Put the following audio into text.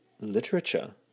literature